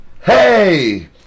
hey